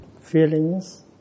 feelings